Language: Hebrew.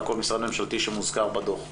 כל משרד ממשלתי שמוזכר בדו"ח,